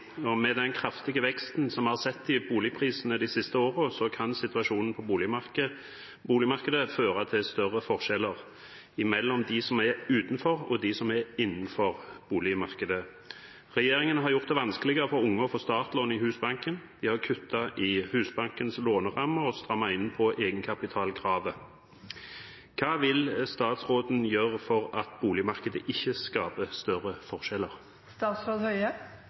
boligprisene de siste årene, kan situasjonen på boligmarkedet føre til større forskjeller mellom dem som er utenfor og dem som er innenfor boligmarkedet. Regjeringen har gjort det vanskeligere for unge å få startlån i Husbanken, kuttet i Husbankens lånerammer og strammet inn på egenkapitalkravet. Hva vil statsråden gjøre for at boligmarkedet ikke skaper større